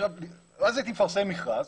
אז הייתי מפרסם מכרז,